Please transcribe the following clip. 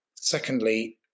Secondly